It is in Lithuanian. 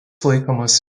laikomas